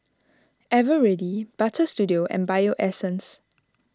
Eveready Butter Studio and Bio Essence